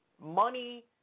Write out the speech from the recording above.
money